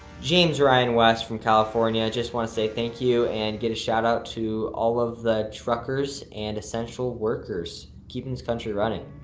james ryan west from california, i just want to say thank you and get a shout-out to all of the truckers and essential workers keeping this country running.